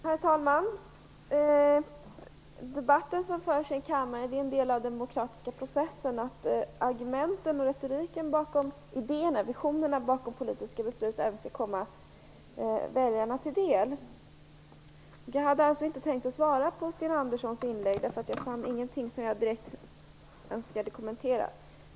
Herr talman! Debatten som förs i kammaren är en del av den demokratiska processen - argumenten och retoriken bakom idéerna och visionerna bakom de politiska besluten skall komma väljarna till del. Jag hade inte tänkt kommentera Sten Anderssons inlägg, eftersom jag inte fann något i det som jag önskade kommentera.